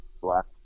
Black